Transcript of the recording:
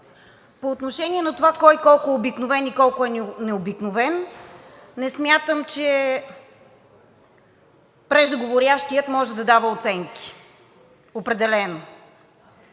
По отношение на това кой колко е обикновен и колко е необикновен не смятам, че преждеговорившият може да дава оценки – определено.